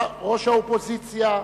ראש האופוזיציה,